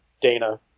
Dana